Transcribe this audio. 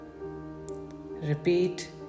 Repeat